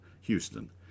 Houston